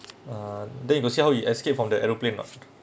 uh then you got see how he escaped from the aeroplane mah